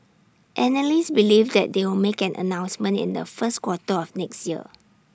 analysts believe that they will make an announcement in the first quarter of next year